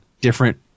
different